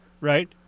Right